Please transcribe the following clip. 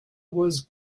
was